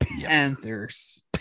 Panthers